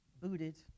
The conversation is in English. booted